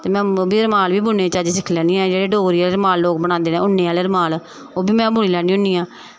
में रमाल बी बुनन्ने दी चज्ज सिक्खी लैनी आं डोगरी दे रमाल लोग बनांदे न उ'न आह्ले रमाल ओह्बी में बुनी लैन्नी होन्नी आं